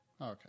Okay